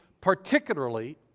particularly